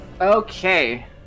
okay